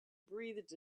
breathed